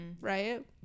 right